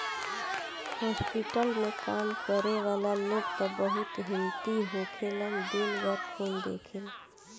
hospital में काम करे वाला लोग त बहुत हिम्मती होखेलन दिन भर खून देखेले